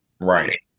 right